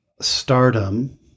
stardom